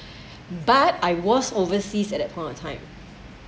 but I was overseas at that point of time